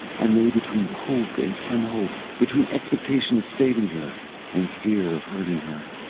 and they between hope and unhope, between expectation of saving her and fear of hurting her.